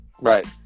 Right